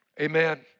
Amen